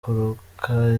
kuruka